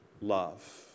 love